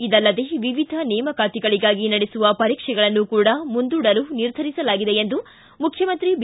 ಇದಲ್ಲದೇ ವಿವಿಧ ನೇಮಕಾತಿಗಳಿಗಾಗಿ ನಡೆಸುವ ಪರೀಕ್ಷೆಗಳನ್ನು ಕೂಡ ಮುಂದೂಡಲು ನಿರ್ಧರಿಸಲಾಗಿದೆ ಎಂದು ಮುಖ್ಯಮಂತ್ರಿ ಬಿ